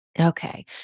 Okay